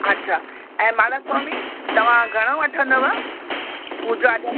अछा ऐं महाराज स्वामी तव्हां घणो वठंदव पूॼा जा